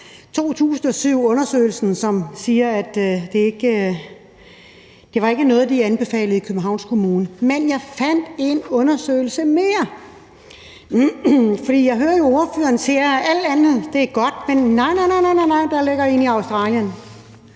2007-undersøgelsen, som siger, at det ikke var noget, de anbefalede i Københavns Kommune. Men jeg fandt en undersøgelse mere, for jeg hører jo, at ordføreren siger, at alt andet er godt, men nej, nej, nej, der ligger en i Australien;